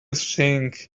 think